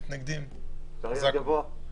תודה.